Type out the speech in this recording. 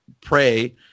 pray